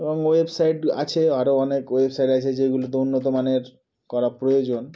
এবং ওয়েবসাইট আছে আরও অনেক ওয়েবসাইট আছে যেগুলো তো উন্নত মানের করা প্রয়োজন